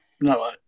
No